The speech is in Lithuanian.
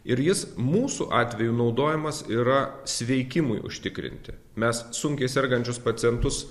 ir jis mūsų atveju naudojamas yra sveikimui užtikrinti mes sunkiai sergančius pacientus